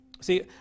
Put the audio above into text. See